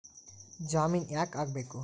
ಜಾಮಿನ್ ಯಾಕ್ ಆಗ್ಬೇಕು?